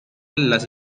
las